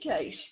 case